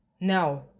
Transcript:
now